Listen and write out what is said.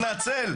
תתנצל.